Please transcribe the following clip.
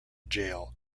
jail